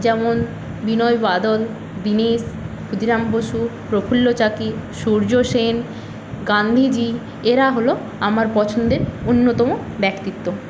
যেমন বিনয় বাদল দীনেশ ক্ষুদিরাম বসু প্রফুল্ল চাকি সূর্য সেন গান্ধীজী এরা হল আমার পছন্দের অন্যতম ব্যক্তিত্ব